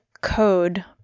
code